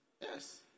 Yes